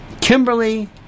Kimberly